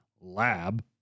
lab